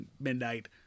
midnight